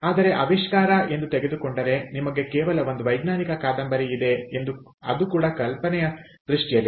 ಆದರೆ ಆವಿಷ್ಕಾರ ಎಂದು ತೆಗೆದುಕೊಂಡರೆ ನಿಮಗೆ ಕೇವಲ ಒಂದು ವೈಜ್ಞಾನಿಕ ಕಾದಂಬರಿ ಇದೆ ಅದು ಕೂಡ ಕಲ್ಪನೆಯ ದೃಷ್ಟಿಯಲ್ಲಿದೆ